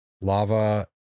lava